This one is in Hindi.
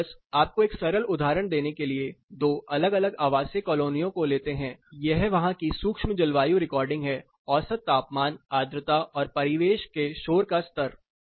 लेकिन बस आपको एक सरल उदाहरण देने के लिए दो अलग अलग आवासीय कॉलोनियों को लेते हैं यह वहां की सूक्ष्म जलवायु रिकॉर्डिंग है औसत तापमान आद्रता और परिवेश के शोर का स्तर